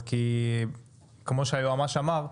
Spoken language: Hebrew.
כי כמו שהיועץ המשפטי אמר,